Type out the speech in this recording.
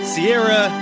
Sierra